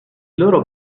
loro